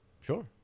Sure